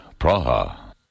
Praha